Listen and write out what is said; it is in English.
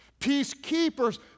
Peacekeepers